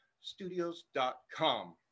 studios.com